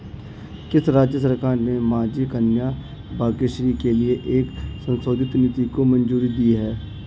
किस राज्य सरकार ने माझी कन्या भाग्यश्री के लिए एक संशोधित नीति को मंजूरी दी है?